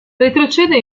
retrocede